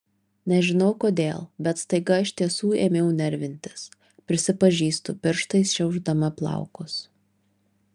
nežinau kodėl bet staiga iš tiesų ėmiau nervintis prisipažįstu pirštais šiaušdama plaukus